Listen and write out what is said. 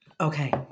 okay